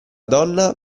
donna